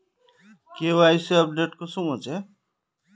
KYC update कुंसम होचे?